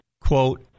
quote